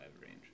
range